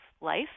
life